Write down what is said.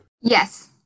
Yes